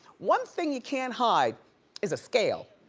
one thing you can't hide is a scale.